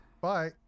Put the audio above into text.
bye